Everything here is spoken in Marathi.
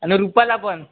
आणि रुपाला पण